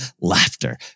laughter